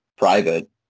private